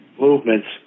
movements